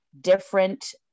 different